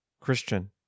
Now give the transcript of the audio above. Christian